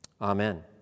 Amen